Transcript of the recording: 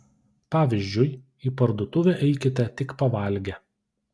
pavyzdžiui į parduotuvę eikite tik pavalgę